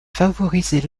favoriser